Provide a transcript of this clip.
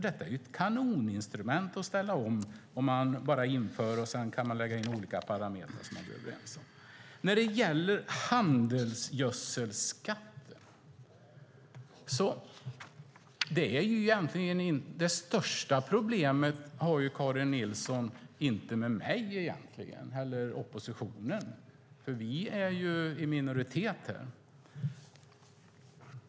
Detta är ju ett kanoninstrument för att ställa om. Sedan kan man lägga in olika parametrar som man blir överens om. När det gäller handelsgödselskatten har Karin Nilsson egentligen inte det största problemet med mig eller oppositionen, för vi är ju i minoritet här.